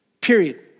Period